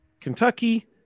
Kentucky